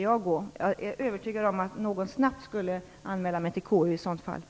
Jag är övertygad om att någon snabbt skulle anmäla mig till KU om jag skulle göra så.